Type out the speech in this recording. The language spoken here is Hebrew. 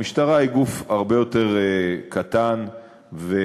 המשטרה היא גוף הרבה יותר קטן ומצומצם,